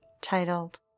titled